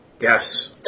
Yes